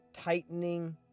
tightening